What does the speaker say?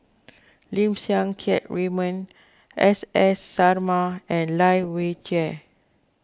Lim Siang Keat Raymond S S Sarma and Lai Weijie